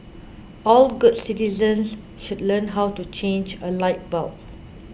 all good citizens should learn how to change a light bulb